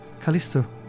Callisto